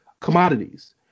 commodities